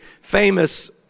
famous